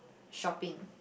shopping